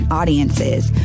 audiences